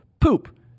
poop